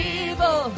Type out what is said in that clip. evil